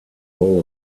all